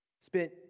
spent